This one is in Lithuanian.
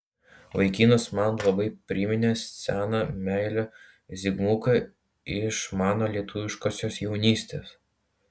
vaikinas man labai priminė seną meilę zigmuką iš mano lietuviškosios jaunystės